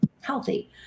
healthy